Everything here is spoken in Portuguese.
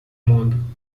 mundo